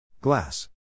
Glass